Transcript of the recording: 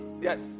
Yes